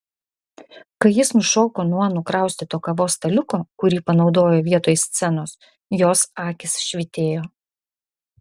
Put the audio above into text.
kai jis nušoko nuo nukraustyto kavos staliuko kurį panaudojo vietoj scenos jos akys švytėjo